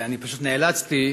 פשוט נאלצתי,